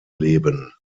leben